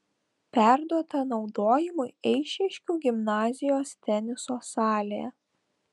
perduota naudojimui eišiškių gimnazijos teniso salė